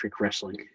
wrestling